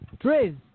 Driz